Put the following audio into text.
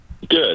Good